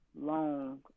long